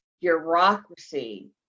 bureaucracy